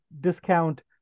discount